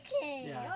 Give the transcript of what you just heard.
okay